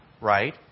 right